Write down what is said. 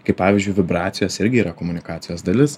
kaip pavyzdžiui vibracijos irgi yra komunikacijos dalis